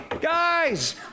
guys